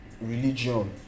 religion